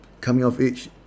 coming-of-age